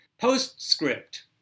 Postscript